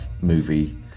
movie